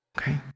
Okay